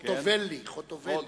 חוטובּלי חוטובלי.